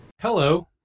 Hello